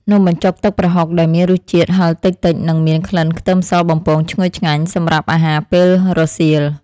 នំបញ្ចុកទឹកប្រហុកដែលមានរសជាតិហឹរតិចៗនិងមានក្លិនខ្ទឹមសបំពងឈ្ងុយឆ្ងាញ់សម្រាប់អាហារពេលរសៀល។